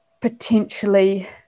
potentially